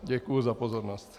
Děkuji za pozornost.